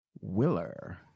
Willer